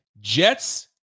Jets